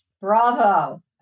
Bravo